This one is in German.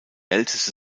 älteste